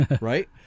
right